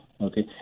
Okay